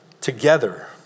together